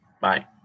Bye